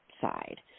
side